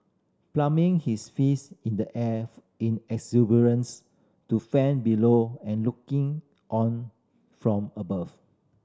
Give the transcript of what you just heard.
pumping his fist in the air in exuberance to fan below and looking on from above